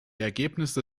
ergebnisse